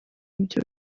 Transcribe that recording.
ibyo